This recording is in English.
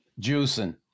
juicing